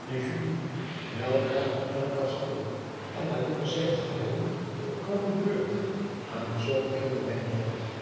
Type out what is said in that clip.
en weldra naar het kasteel en na dit bezigtigd te hebben kwam de beurt aan het zoo bekende ijnvat